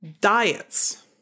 diets